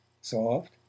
soft